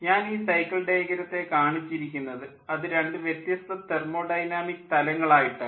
ഞാൻ ഈ സൈക്കിൾ ഡയഗ്രത്തെ കാണിച്ചിരിക്കുന്നത് അത് രണ്ട് വ്യത്യസ്ത തെർമോഡൈനാമിക് തലങ്ങൾ ആയിട്ടാണ്